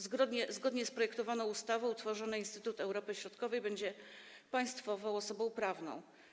Zgodnie z projektowaną ustawą tworzony Instytutu Europy Środkowej będzie państwową osobą prawną.